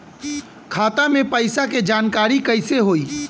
खाता मे पैसा के जानकारी कइसे होई?